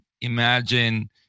imagine